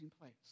place